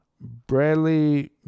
Bradley